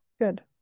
good